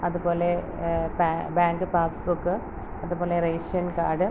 അതുപോലെ ബാ bank passbook അതുപോലെ റേഷൻ കാഡ്